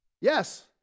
Yes